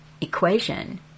equation